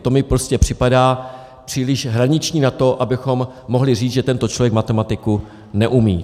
To mi připadá příliš hraniční na to, abychom mohli říct, že tento člověk matematiku neumí.